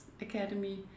Academy